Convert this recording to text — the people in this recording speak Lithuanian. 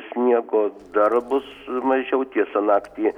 sniego dar bus mažiau tiesa naktį